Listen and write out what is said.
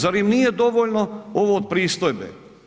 Zar im nije dovoljno ovo od pristojbe?